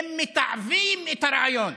הם מתעבים את הרעיון.